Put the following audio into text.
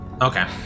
Okay